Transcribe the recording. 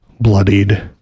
bloodied